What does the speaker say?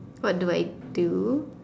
what do I do